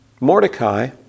Mordecai